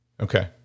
Okay